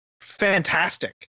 fantastic